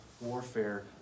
Warfare